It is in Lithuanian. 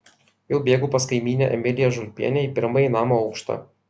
jau bėgu pas kaimynę emiliją žulpienę į pirmąjį namo aukštą